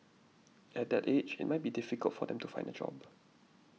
at that age it might be difficult for them to find a job